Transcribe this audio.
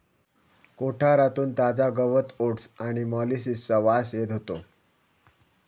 कोठारातून ताजा गवत ओट्स आणि मोलॅसिसचा वास येत होतो